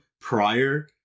prior